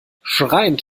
schreiend